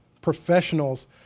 Professionals